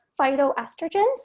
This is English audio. phytoestrogens